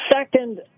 Second